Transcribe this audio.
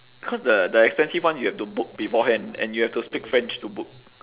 cause the the expensive one you have to book beforehand and you have to speak french to book